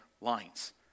lines